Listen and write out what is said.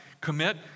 commit